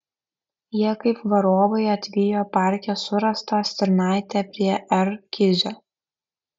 jie kaip varovai atvijo parke surastą stirnaitę prie r kizio